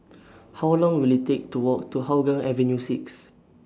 How Long Will IT Take to Walk to Hougang Avenue six